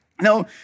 Now